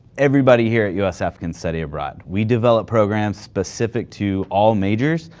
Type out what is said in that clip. everybody here at usf can study abroad. we develop programs specific to all majors.